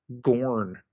Gorn